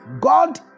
God